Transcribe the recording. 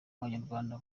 abanyarwanda